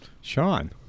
Sean